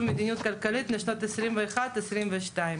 המדיניות הכלכלית לשנות התקציב 2021 ו-2022).